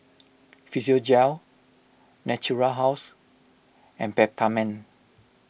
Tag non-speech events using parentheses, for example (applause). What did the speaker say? (noise) Physiogel Natura House and Peptamen